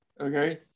Okay